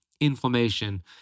inflammation